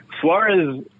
Suarez